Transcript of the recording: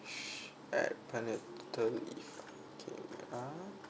add paternity leave okay wait ah